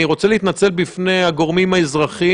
אני רוצה להתנצל בפני הגורמים האזרחיים